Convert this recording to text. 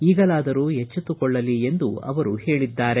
ಈಗಲಾದರೂ ಎಚ್ಚಿತ್ತುಕೊಳ್ಳಲಿ ಎಂದು ಅವರು ಹೇಳಿದ್ದಾರೆ